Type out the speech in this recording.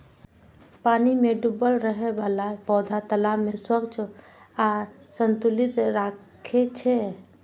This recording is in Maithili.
पानि मे डूबल रहै बला पौधा तालाब कें स्वच्छ आ संतुलित राखै छै